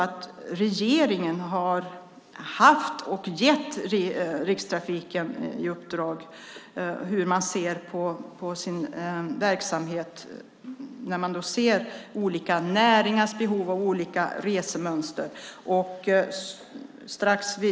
Regeringen har gett Rikstrafiken i uppdrag att se på sin verksamhet när det gäller olika näringars behov av olika resemönster.